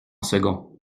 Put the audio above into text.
second